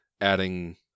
adding